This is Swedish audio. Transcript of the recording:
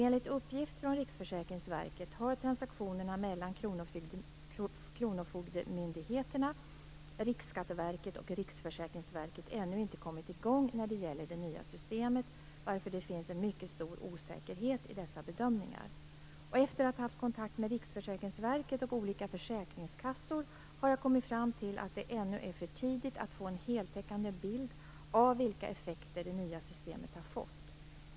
Enligt uppgift från Riksförsäkringsverket har transaktionerna mellan kronofogdemyndigheterna, Riksskatteverket och Riksförsäkringsverket ännu inte kommit i gång när det gäller det nya systemet, varför det finns en mycket stor osäkerhet i dessa bedömningar. Efter att ha haft kontakt med Riksförsäkringsverket och olika försäkringskassor har jag kommit fram till att det ännu är för tidigt att få en heltäckande bild av vilka effekter det nya systemet har fått.